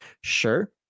Sure